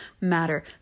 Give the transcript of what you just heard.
matter